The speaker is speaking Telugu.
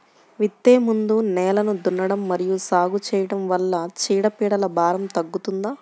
విత్తే ముందు నేలను దున్నడం మరియు సాగు చేయడం వల్ల చీడపీడల భారం తగ్గుతుందా?